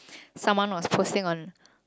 someone was posting on